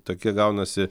tokie gaunasi